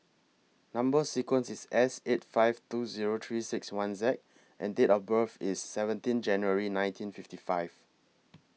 Number sequence IS S eight five two Zero three six one Z and Date of birth IS seventeen January nineteen fifty five